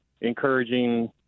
encouraging